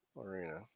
Arena